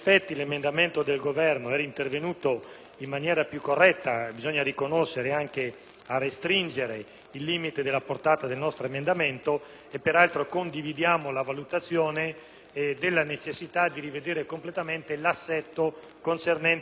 a restringere il limite della portata del nostro emendamento. Peraltro, condividiamo la valutazione della necessità di rivedere completamente l'assetto concernente anche i cittadini provenienti dalla disciolta Federazione della ex Jugoslavia.